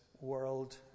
world